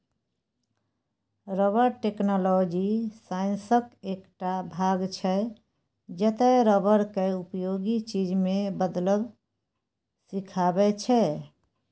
rubber technology साइंसक एकटा भाग छै जतय रबर केँ उपयोगी चीज मे बदलब सीखाबै छै